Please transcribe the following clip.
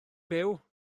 byw